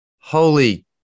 holy